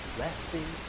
resting